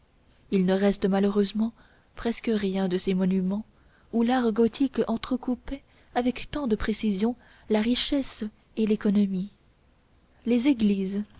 il ne reste malheureusement presque rien de ces monuments où l'art gothique entrecoupait avec tant de précision la richesse et l'économie les églises